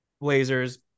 Blazers